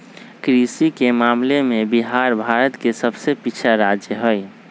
कृषि के मामले में बिहार भारत के सबसे पिछड़ा राज्य हई